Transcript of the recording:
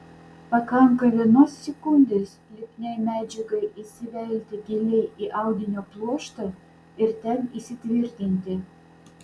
pakanka vienos sekundės lipniai medžiagai įsivelti giliai į audinio pluoštą ir ten įsitvirtinti